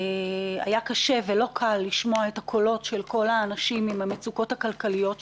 היה קשה ולא קל לשמוע את הקולות של כל האנשים עם המצוקות הכלכליות שלהם.